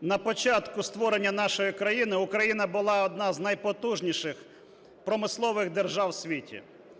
На початку створення нашої країни Україна була одна з найпотужніших промислових держав у світі,